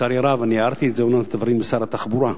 לצערי הרב, אומנם הערתי את הדברים לשר התחבורה,